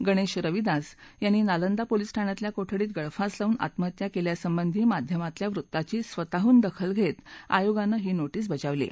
गणेश रविदास यांनी नालंदा पोलीस ठाण्यातल्या कोठडीत गळफास लावून आत्महत्या केल्यासंबंधी माध्यमातल्या वृत्ताची स्वतःडून दखल घेत आयोगानं ही नोटीस बजावली आहे